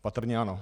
Patrně ano.